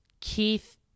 Keith